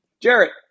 Jarrett